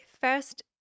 First